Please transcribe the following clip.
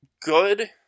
good